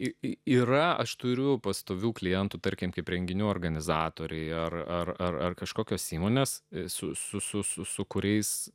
yra aš turiu pastovių klientų tarkim kaip renginių organizatorė ir ar ar kažkokios įmonės su kuriais